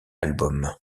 album